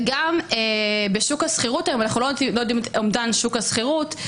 וגם אנחנו לא יודעים את אומדן שוק השכירות.